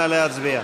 נא להצביע.